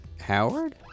Howard